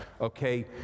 Okay